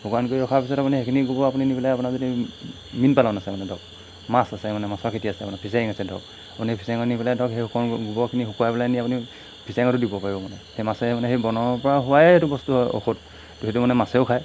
শুকান কৰি ৰখাৰ পিছত আপুনি সেইখিনি গোবৰ আপুনি নি পেলাই আপোনাৰ যদি মীন পালন আছে মানে ধৰক মাছ আছে মানে মাছৰ খেতি আছে মানে ফিচাইং আছে ধৰক আপুনি ফিচাঙত নি পেলাই ধৰক সেই গোবৰখিনি শুকাই পেলাইহেনি আপুনি ফিচাইঙটো দিব পাৰিব মানে সেই মাছে মানে সেই বনৰপৰা হোৱাইতো বস্তু হয় ঔষধতো সেইটো মানে মাছেও খায়